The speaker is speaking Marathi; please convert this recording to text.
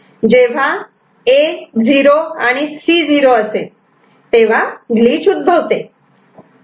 जेव्हा A 0 C 0 असेल तेव्हा ग्लिच उद्भवते